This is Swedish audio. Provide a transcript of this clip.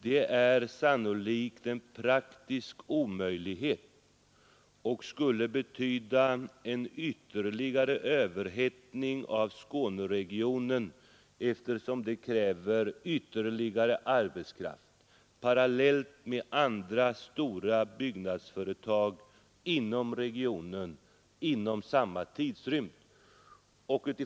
Det är sannolikt en praktisk omöjlighet, och det skulle betyda en ytterligare överhettning av Skåneregionen, eftersom det kräver ytterligare arbetskraft parallellt med andra stora byggnadsföretag i regionen inom samma tidrymd.